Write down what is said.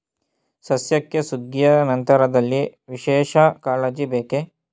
ಸಸ್ಯಕ್ಕೆ ಸುಗ್ಗಿಯ ನಂತರದಲ್ಲಿ ವಿಶೇಷ ಕಾಳಜಿ ಬೇಕೇ?